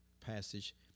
passage